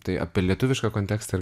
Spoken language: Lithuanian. tai apie lietuvišką kontekstą ir